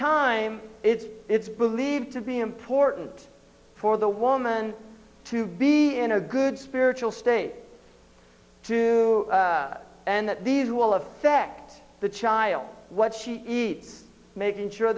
time it's it's believed to be important for the woman to be in a good spiritual state and that these will affect the child what she eats making sure